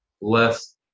less